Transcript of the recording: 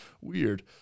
Weird